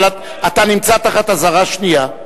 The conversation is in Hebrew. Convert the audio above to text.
אבל אתה נמצא תחת אזהרה שנייה.